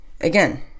again